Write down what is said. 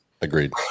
Agreed